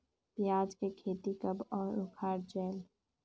पियाज के खेती कब अउ उखाड़ा जायेल?